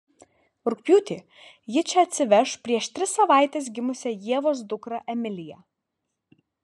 rugpjūtį ji čia atsiveš prieš tris savaites gimusią ievos dukrą emiliją